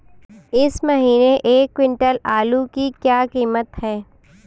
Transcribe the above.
इस महीने एक क्विंटल आलू की क्या कीमत है?